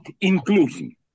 inclusion